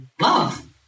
love